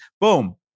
Boom